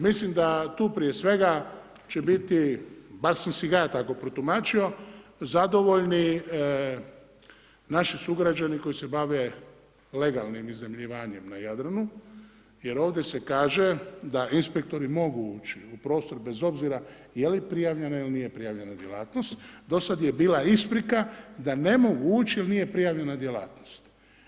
Mislim da tu prije svega će biti bar sam si ga ja tako protumačio, zadovoljni naši sugrađani koji se bave legalnim iznajmljivanjem na Jadranu jer ovdje se kaže da inspektori mogu uči u prostor bez obzora je li prijavljena ili prijavljena djelatnost, do sad je bila isprika da mogu ući jer nije prijavljena djelatnost.